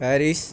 Paris